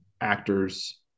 actors